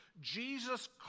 Jesus